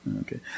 Okay